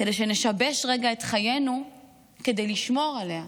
כדי שנשבש רגע את חיינו כדי לשמור עליה.